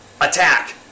attack